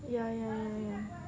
ya ya ya ya